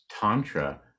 Tantra